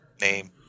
name